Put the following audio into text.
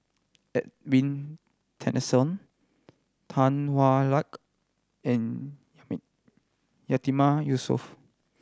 Edwin Tessensohn Tan Hwa Luck and Yatiman Yusof